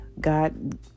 God